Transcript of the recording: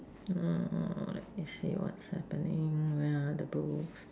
uh let me see what's happening where are the books